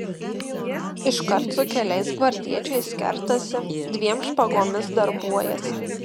iškart su keliais gvardiečiais kertasi dviem špagomis darbuojasi